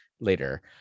later